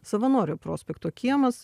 savanorių prospekto kiemas